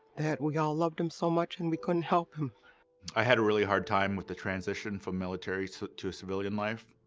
that we all loved him so much and we couldn't help him. brandon i had a really hard time with the transition from military so to civilian life.